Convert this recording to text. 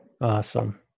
Awesome